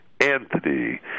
Anthony